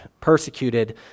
persecuted